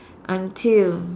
until